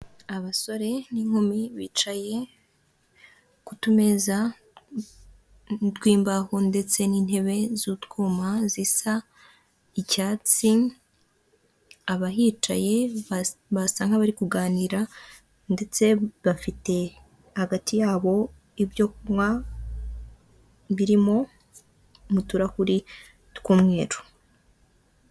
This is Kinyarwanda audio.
Abasore n'inkumi bicaye ku tumeza tw'imbaho ndetse n'intebe z'utwuma zisa icyatsi; abahicaye basa nk'abari kuganira ndetse bafite hagati yabo ibyo ibyo kunywa biri mu turahure tw'umweru.